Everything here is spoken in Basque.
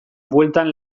bueltan